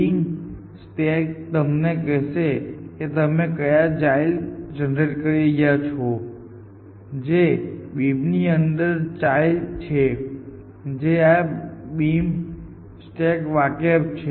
beam stack તમને કહેશે કે તમે કયા ચાઈલ્ડ જનરેટ કરી રહ્યા છો જે આ બીમની અંદરના ચાઈલ્ડ છે જે આ બીમ સ્ટેકથી વાકેફ છે